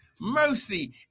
mercy